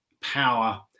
power